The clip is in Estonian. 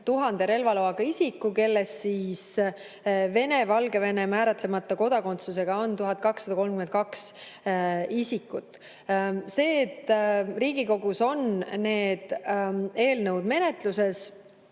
25 000 relvaloaga isiku, kellest Venemaa, Valgevene või määratlemata kodakondsusega on 1232 isikut. See, et Riigikogus on need eelnõud menetluses,